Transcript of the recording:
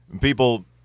People